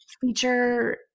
feature